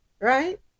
right